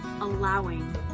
allowing